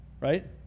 right